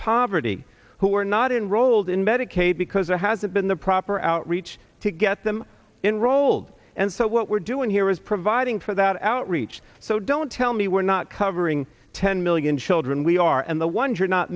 poverty who are not enrolled in medicaid because there hasn't been the proper outreach to get them in rolled and so what we're doing here is providing for that outreach so don't tell me we're not covering ten million children we are and the ones you're not